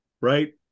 Right